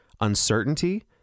uncertainty